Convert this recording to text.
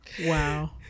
Wow